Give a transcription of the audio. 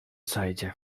saidzie